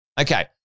Okay